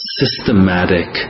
systematic